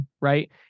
Right